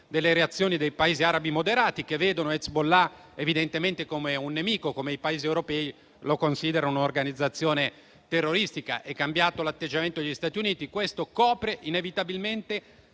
delle reazioni dei Paesi arabi moderati, che vedono Hezbollah come un nemico, e dei Paesi europei, che lo considerano un'organizzazione terroristica. È cambiato l'atteggiamento degli Stati Uniti. Questo copre inevitabilmente,